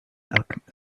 alchemist